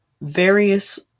various